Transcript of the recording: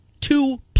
two